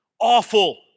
awful